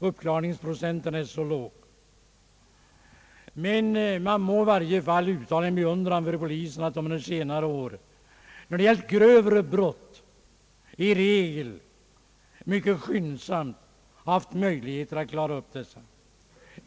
uppklaringsprocenten är låg. Men man må i varje fall uttala sin beundran för att polisen under senare år i regel haft möjlighet att mycket snabbt klara upp grövre brott.